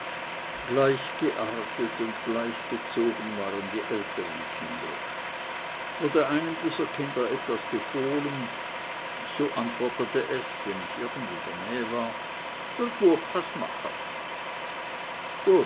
gleich geartet und gleich gezogen waren die älteren kinder wurde einem dieser kinder etwas befohlen so antwortete es wenn ich irgend in der nähe war